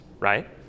Right